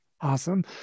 Awesome